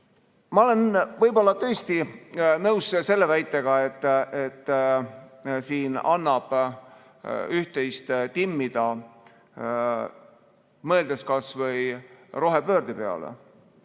Ma olen tõesti nõus selle väitega, et siin annab üht-teist timmida, mõeldes kas või rohepöörde peale.